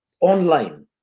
online